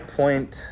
point